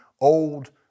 old